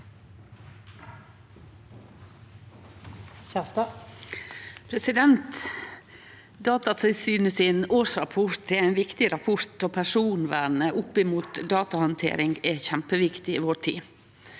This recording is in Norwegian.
Datatilsynets årsrapport er ein viktig rapport, og personvernet ved datahandtering er kjempeviktig i vår tid.